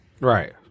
Right